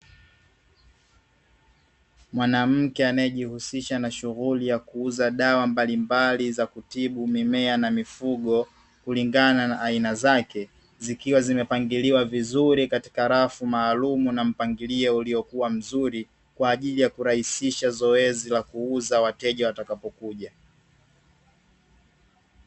Mwanamke anayejihusisha na shughuli ya kuuza dawa mbalimbali za kutibu mimea na mifugo, kulingana na aina zake zikiwa zimepangiliwa viziri katika rafu maalumu, na mpangilio uliokuwa mzuri kwa ajili ya kurahisisha zoezi la kuuza, wateja watakapo kuja.